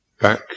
back